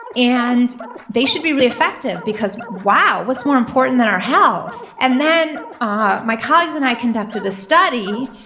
and they should be really effective because, wow, what's more important than our health? and then, ah my colleagues and i conducted a study,